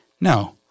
no